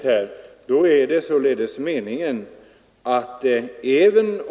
Herr talman!